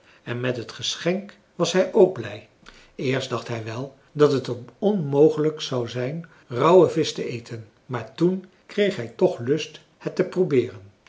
en met het geschenk was hij ook blij eerst dacht hij wel dat het hem onmogelijk zou zijn rauwe visch te eten maar toen kreeg hij toch lust het te probeeren